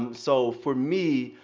so for me,